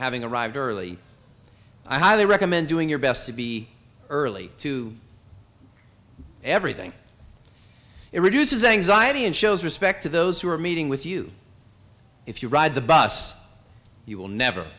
having arrived early i highly recommend doing your best to be early to everything it reduces anxiety and shows respect to those who are meeting with you if you ride the bus you will never